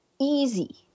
easy